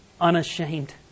unashamed